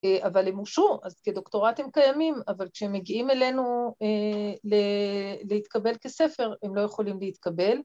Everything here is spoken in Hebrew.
‫אבל הם אושרו, אז כדוקטורט הם קיימים, ‫אבל כשהם מגיעים אלינו להתקבל כספר, ‫הם לא יכולים להתקבל.